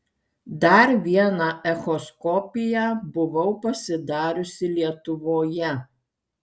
dar vieną echoskopiją buvau pasidariusi lietuvoje